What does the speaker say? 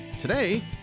Today